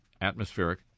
atmospheric